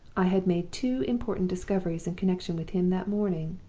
i had made two important discoveries in connection with him that morning.